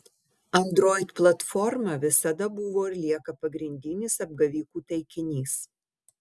android platforma visada buvo ir lieka pagrindinis apgavikų taikinys